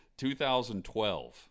2012